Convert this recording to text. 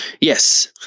Yes